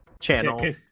channel